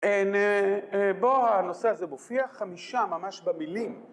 בוא הנושא הזה מופיע חמישה ממש במילים